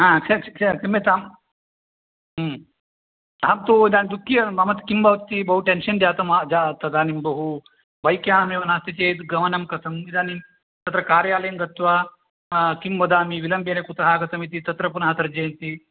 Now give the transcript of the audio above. हा क्ष क्ष क्षम्यतां अहं तु इदानीं तु कियत् मम किं भवति मम टेन्शन् जातं तदानीं बहु बैक्यानमेव नास्ति चेत् गमनं कथम् इदानीं तत्र कार्यालयं गत्वा किं वदामि विलम्बेन कुतः आगतम् इति तत्र पुनः तर्जयन्ति